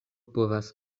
povas